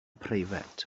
preifat